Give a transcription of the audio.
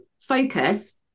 focus